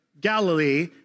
Galilee